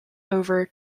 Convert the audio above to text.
over